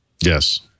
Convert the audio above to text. Yes